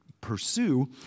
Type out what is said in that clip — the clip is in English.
pursue